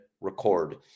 record